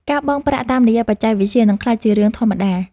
ការបង់ប្រាក់តាមរយៈបច្ចេកវិទ្យា នឹងក្លាយជារឿងធម្មតា។